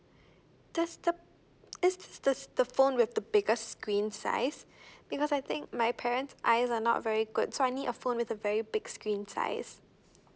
does the is is this the phone with the biggest screen size because I think my parents' eyes are not very good so I need a phone with a very big screen size